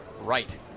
right